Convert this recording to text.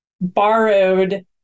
borrowed